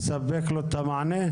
את המענה?